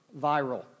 viral